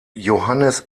johannes